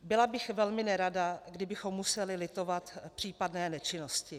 Byla bych velmi nerada, kdybychom museli litovat případné nečinnosti.